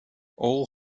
all